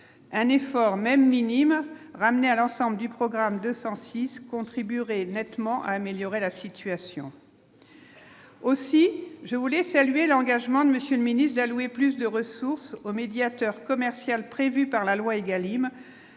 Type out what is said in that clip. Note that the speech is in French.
un effort, même minime, ramené à l'ensemble du programme 206 contribuerait nettement amélioré la situation, aussi je voulais saluer l'engagement de Monsieur le Ministre d'allouer plus de ressources au médiateur commerciale prévue par la loi Egalim